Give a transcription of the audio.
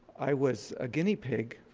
i was a guinea pig